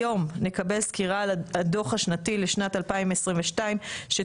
היום נקבל סקירה על הדו"ח השנתי לשנת 2022 שתוצג